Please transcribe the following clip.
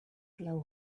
blow